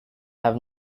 have